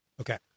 Okay